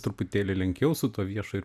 truputėlį lenkiau su tuo viešo ir